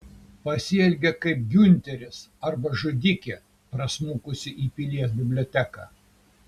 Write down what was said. pasielgė kaip giunteris arba žudikė prasmukusi į pilies biblioteką